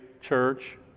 church